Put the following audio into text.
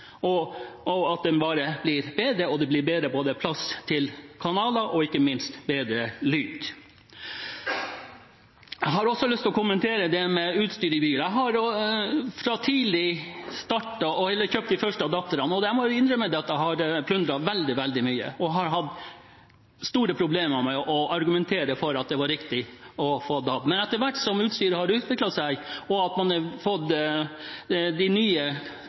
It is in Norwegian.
at den bare blir bedre, og det blir både bedre plass til kanaler og, ikke minst, bedre lyd. Jeg har også lyst til å kommentere dette med utstyr i bil. Jeg kjøpte tidlig de første adapterne, og jeg må jo innrømme at jeg har plundret veldig mye og har hatt store problemer med å argumentere for at det var riktig å få DAB. Men etter hvert som utstyret har utviklet seg og man har fått de nye